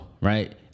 right